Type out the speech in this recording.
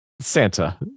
Santa